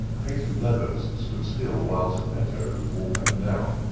patent-leathers stood still while square-toes walked up and down.